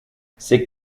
c’est